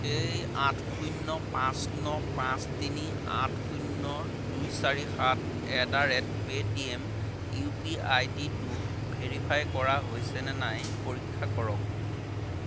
এই আঠ শূন্য পাঁচ ন পাঁচ তিনি আঠ শূন্য দুই চাৰি সাত at the rate Paytm U P I I D টো ভেৰিফাই কৰা হৈছেনে নাই পৰীক্ষা কৰক